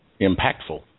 impactful